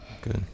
good